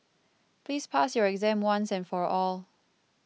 please pass your exam once and for all